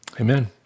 Amen